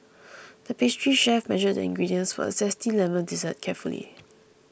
the pastry chef measured the ingredients for a Zesty Lemon Dessert carefully